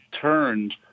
turned